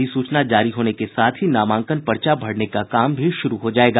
अधिसूचना जारी होने के साथ ही नामांकन पर्चा भरने का काम भी शुरू हो जायेगा